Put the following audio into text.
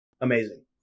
Amazing